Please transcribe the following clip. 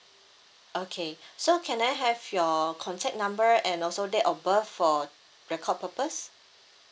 okay so can I have your contact number and also date of birth for record purpose